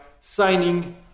signing